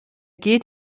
geht